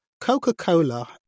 coca-cola